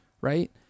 right